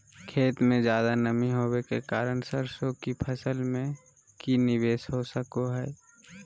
खेत में ज्यादा नमी होबे के कारण सरसों की फसल में की निवेस हो सको हय?